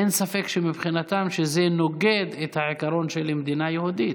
אין ספק שזה נוגד את העיקרון של מדינה יהודית.